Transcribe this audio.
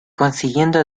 consiguiendo